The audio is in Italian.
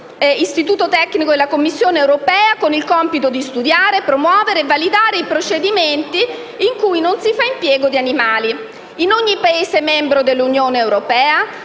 istituto tecnico della Commissione europea con il compito di studiare, promuovere e validare i procedimenti in cui non si fa impiego di animali. In ogni Paese membro dell'Unione europea